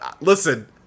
Listen